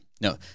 No